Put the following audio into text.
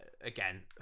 again